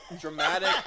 dramatic